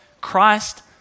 Christ